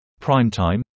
primetime